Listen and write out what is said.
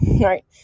right